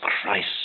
Christ